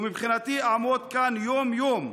מבחינתי אעמוד כאן יום-יום,